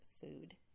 food